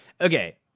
okay